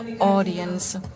audience